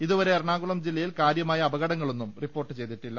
ഇതുവരെ എറണാകുളം ജില്ല യിൽ കാര്യമായ അപകടങ്ങളൊന്നും റിപ്പോർട്ട് ചെയ്തിട്ടില്ല